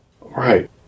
Right